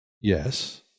Yes